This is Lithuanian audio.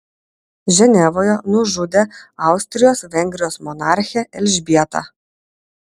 ženevoje nužudė austrijos vengrijos monarchę elžbietą